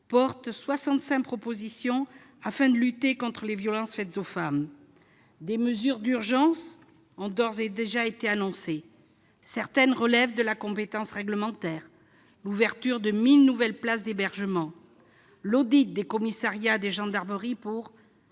propositions destinées à lutter contre les violences faites aux femmes. Des mesures d'urgence ont d'ores et déjà été annoncées. Certaines relèvent de la compétence réglementaire, comme l'ouverture de 1 000 nouvelles places d'hébergement, l'audit des commissariats et des gendarmeries pour